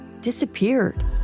disappeared